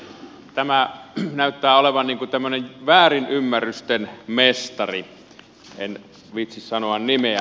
tämä näyttää olevan tämmöinen väärinymmärrysten mestari en viitsi sanoa nimeä